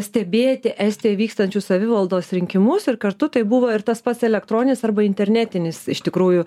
stebėti estijoj vykstančius savivaldos rinkimus ir kartu tai buvo ir tas pats elektroninis arba internetinis iš tikrųjų